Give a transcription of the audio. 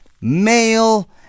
Male